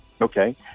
okay